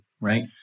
right